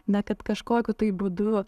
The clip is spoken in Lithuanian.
ne kad kažkokiu tai būdu